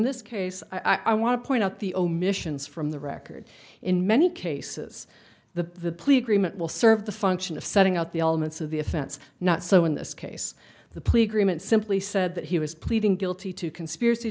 this case i want to point out the omissions from the record in many cases the plea agreement will serve the function of setting out the elements of the offense not so in this case the plea agreement simply said that he was pleading guilty to conspiracy